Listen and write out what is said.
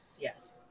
Yes